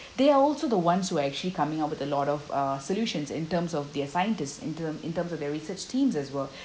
they are also the ones who are actually coming out with a lot of uh solutions in terms of their scientists in term in term of their research teams as well